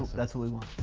that's what we